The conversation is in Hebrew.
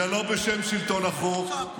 זה לא בשם שלטון החוק,